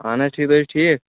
اہن حظ ٹھیٖک تُہۍ چھو ٹھیٖک